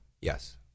Yes